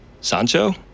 Sancho